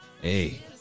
hey